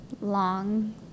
long